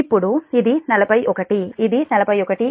ఇప్పుడు ఇది 41 ఇది 41 ఎ